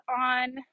on